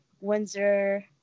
Windsor